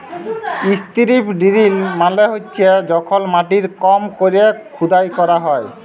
strip drill মালে হছে যখল মাটির কম ক্যরে খুদাই ক্যরা হ্যয়